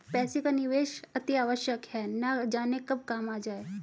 पैसे का निवेश अतिआवश्यक है, न जाने कब काम आ जाए